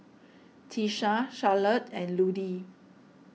Tisha Charlotte and Ludie